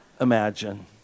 imagine